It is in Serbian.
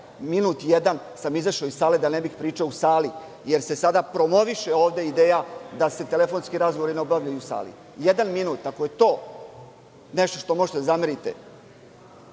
minut jedan sam izašao iz sale da ne bih pričao u sali, jer se sada promoviše ovde ideja da se telefonski razgovori ne obavljaju u sali. Jedan minut. Ako je to nešto što možete da zamerite